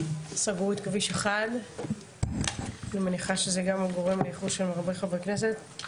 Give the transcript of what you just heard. סגרו את כביש 1. אני מניחה שזה גם הגורם לאיחור של הרבה חברי כנסת.